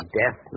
death